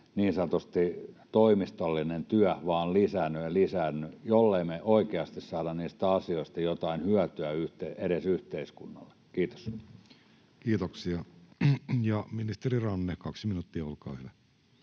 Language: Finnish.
niin sanottu toimistollinen työ vain lisäänny ja lisänny, jollei me oikeasti saada niistä asioista edes jotain hyötyä yhteiskunnalle. — Kiitos. Kiitoksia. — Ja ministeri Ranne, kaksi minuuttia, olkaa hyvä.